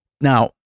Now-